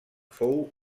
fou